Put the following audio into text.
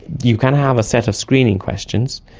you can have a set of screening questions.